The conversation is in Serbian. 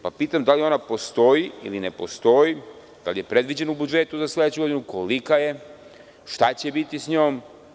Pitam da li ona postoji ili ne postoji, da li je predviđena u budžetu za sledeću godinu, kolika je, šta će biti s njom?